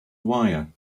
wire